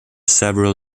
several